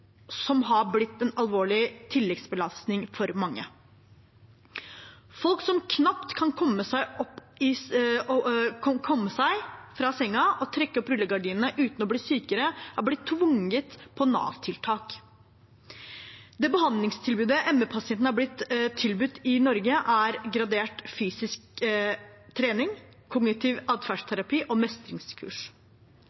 alvorlig tilleggsbelastning for mange. Folk som knapt kan komme seg opp av sengen for å trekke opp rullegardinene uten å bli sykere, har blitt tvunget på Nav-tiltak. Det behandlingstilbudet ME-pasientene har blitt tilbudt i Norge, er gradert fysisk trening, kognitiv